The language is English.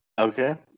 okay